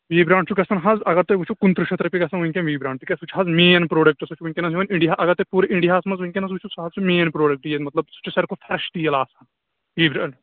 V brand چھُ گژھان حظ اگر تُہۍ وُچھِو کُنترٕٛہ شیٚتھ رۅپیہِ گژھان وُنکیٚن وی برٛانٛڈ تِکیٛازِ سُہ چھُ حظ مین پرٛوڈکٹ سُہ چھُ وُنکیٚنَس یِوان اِنڈیا اگر تۅہہِ پوٗرٕ اِنڈیاہس منٛز وُنکیٚنس وُچھِو سُہ حظ چھُ مین پرٛوڈکٹ ییٚتہِ مطلب سُہ چھُ سارِوٕے کھۅتہٕ فرٛیش تیل آسان وی برٛانٛڈ